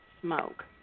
smoke